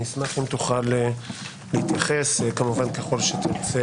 אני אשמח אם תוכל להתייחס, כמובן ככל שתרצה